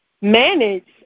manage